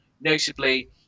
notably